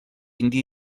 indi